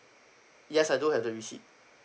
yes I do have the receipt